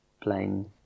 playing